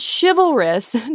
chivalrous